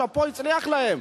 שאפו, הצליח להם.